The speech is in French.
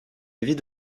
avis